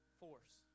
force